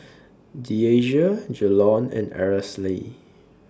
Deasia Jalon and Aracely